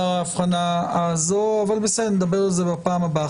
ההבחנה הזו מאוד מוזרה, אבל נדבר על כך בפעם הבאה.